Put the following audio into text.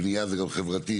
בנייה זה גם חברתי,